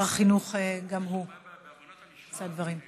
בעיות בהבנת הנשמע.